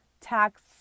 Tax